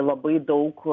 labai daug